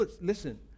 listen